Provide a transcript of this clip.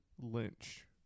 Lynch